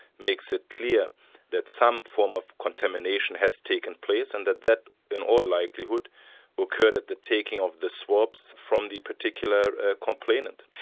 makes it clear that some form of contamination has taken place, and that that in all likelihood but occurred at the taking of the swabs from the particular complainant.